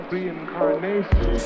Reincarnation